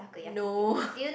no